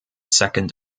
second